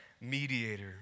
mediator